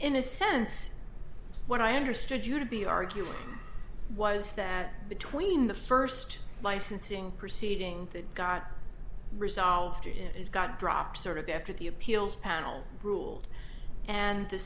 in a sense what i understood you to be arguing was that between the st licensing proceeding that got resolved it got dropped sort of after the appeals panel ruled and the